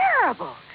terrible